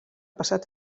passat